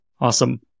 Awesome